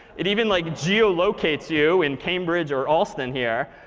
it even like geolocates you in cambridge or allston here.